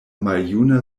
maljuna